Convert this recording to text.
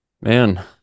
Man